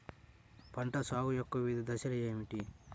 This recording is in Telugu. పంటల సాగు యొక్క వివిధ దశలు ఏమిటి?